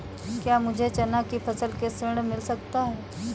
क्या मुझे चना की फसल के लिए ऋण मिल सकता है?